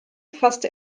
fasste